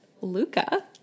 Luca